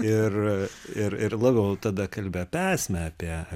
ir ir ir labiau tada kalbi apie esmę apie